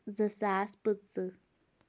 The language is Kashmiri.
زٕ ساس پٕنٛژٕ